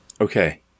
Okay